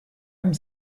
âme